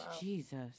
Jesus